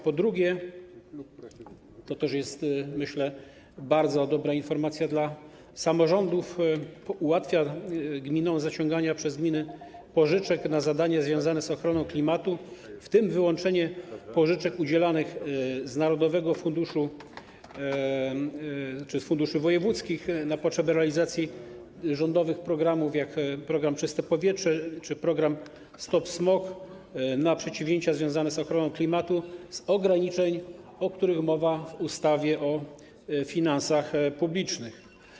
Po drugie - to jest, myślę, bardzo dobra informacja dla samorządów - ułatwia zaciąganie przez gminy pożyczek na zadania związane z ochroną klimatu, w tym przez wyłączenie pożyczek udzielanych z narodowego funduszu czy z funduszy wojewódzkich na potrzeby realizacji rządowych programów, takich jak program „Czyste powietrze” czy program „Stop smog”, na przedsięwzięcia związane z ochroną klimatu z ograniczeń, o których mowa w ustawie o finansach publicznych.